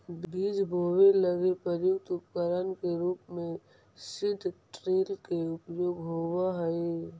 बीज बोवे लगी प्रयुक्त उपकरण के रूप में सीड ड्रिल के उपयोग होवऽ हई